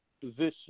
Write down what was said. position